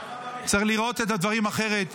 צריך לראות את הדברים אחרת.